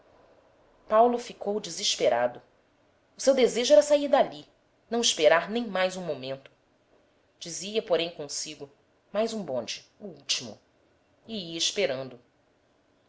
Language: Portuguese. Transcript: paulo ficou desesperado o seu desejo era sair dali não esperar nem mais um momento dizia porém consigo mais um bonde o último e ia esperando